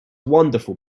wonderful